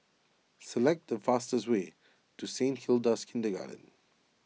select the fastest way to Saint Hilda's Kindergarten